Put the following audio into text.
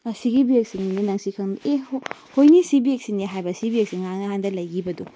ꯑꯁꯤꯒꯤ ꯕꯦꯒꯁꯤꯅꯤꯅꯦ ꯅꯪ ꯁꯤ ꯑꯦ ꯍꯣꯏꯅꯦ ꯁꯤ ꯕꯦꯒꯁꯤꯅꯦ ꯍꯥꯏꯕ ꯁꯤ ꯕꯦꯒꯁꯤ ꯉꯔꯥꯡ ꯅꯍꯥꯟꯗ ꯂꯩꯈꯤꯕꯗꯣ